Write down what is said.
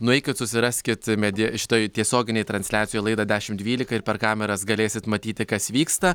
nueikit susiraskit media šitai tiesioginėj transliacijoj laidą dešimt dvylika ir per kameras galėsit matyti kas vyksta